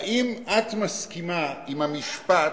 האם את מסכימה עם המשפט,